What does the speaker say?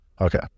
Okay